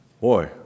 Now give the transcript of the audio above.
Boy